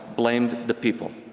blamed the people.